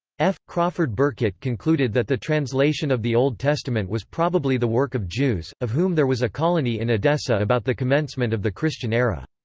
f. crawford burkitt concluded that the translation of the old testament was probably the work of jews, of whom there was a colony in edessa about the commencement of the christian era.